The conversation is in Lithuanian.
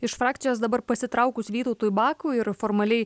iš frakcijos dabar pasitraukus vytautui bakui ir formaliai